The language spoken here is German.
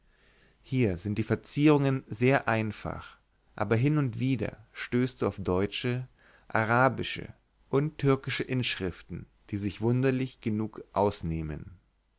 hier sind die verzierungen sehr einfach aber hin und wieder stößest du auf teutsche arabische und türkische inschriften die sich wunderlich genug ausnehmen